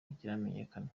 ntikiramenyekana